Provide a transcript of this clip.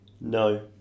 No